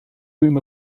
room